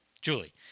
Julie